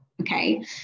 okay